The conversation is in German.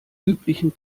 üblichen